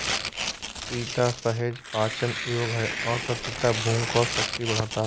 पपीता सहज पाचन योग्य है और पपीता भूख और शक्ति बढ़ाता है